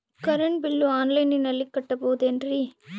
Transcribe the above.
Current bill ಆನ್ಲೈನಿನಲ್ಲಿ ಕಟ್ಟಬಹುದು ಏನ್ರಿ?